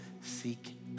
seek